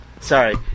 Sorry